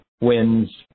wins